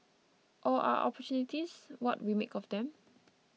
or are opportunities what we make of them